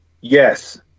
Yes